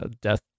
Death